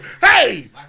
Hey